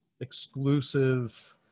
exclusive